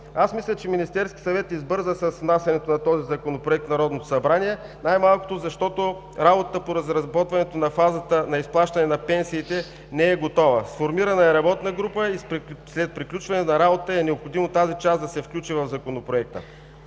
Аз мисля, че Министерският съвет избърза с внасянето на този Законопроект в Народното събрание, най-малкото защото работата по разработването на фазата на изплащане на пенсиите не е готова. Сформирана е работна група и след приключване на работата е необходимо тази част да се включи в Законопроекта.